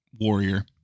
warrior